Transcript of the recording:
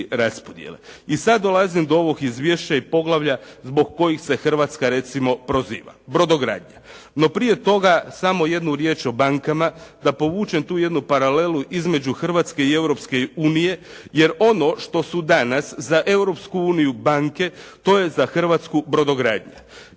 I sada dolazim do ovog izvješća i poglavlja zbog kojih se Hrvatska recimo proziva, brodogradnja. No prije toga samo jednu riječ o bankama da povučem tu jednu paralelu između Hrvatske i Europske unije, jer ono što su danas za Europsku uniju banke, to je za Hrvatsku brodogradnja.